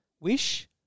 wish